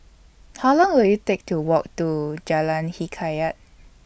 How Long Will IT Take to Walk to Jalan Hikayat